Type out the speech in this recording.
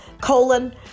colon